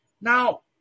Now